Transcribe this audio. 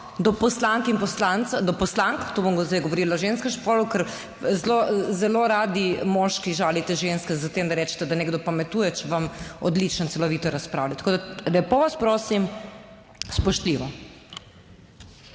do poslank in poslancev, do poslank, to bom zdaj govorila o ženskem spolu, ker zelo, zelo radi moški žalite ženske s tem, da rečete, da nekdo pametuje, če vam odlično in celovito razpravlja. Tako da lepo vas prosim, spoštljivo.